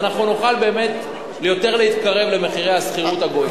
אנחנו נוכל באמת יותר להתקרב למחירי השכירות הגואים.